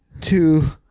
two